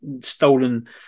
stolen